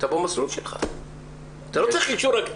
בריאות אינה זמינה לו או אינה אפשרית